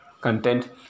content